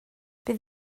bydd